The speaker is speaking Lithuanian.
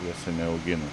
juose neauginam